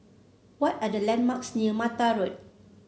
what are the landmarks near Mata Road